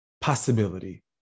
possibility